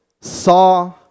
saw